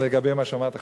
לגבי מה שאמרת עכשיו.